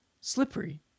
slippery